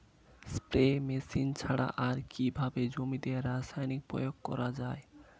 Spray machine ছাড়া আর কিভাবে জমিতে রাসায়নিক প্রয়োগ করা যায়?